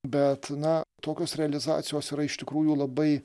bet na tokios realizacijos yra iš tikrųjų labai